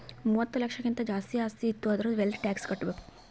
ಮೂವತ್ತ ಲಕ್ಷಕ್ಕಿಂತ್ ಜಾಸ್ತಿ ಆಸ್ತಿ ಇತ್ತು ಅಂದುರ್ ವೆಲ್ತ್ ಟ್ಯಾಕ್ಸ್ ಕಟ್ಬೇಕ್